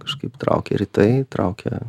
kažkaip traukia rytai traukia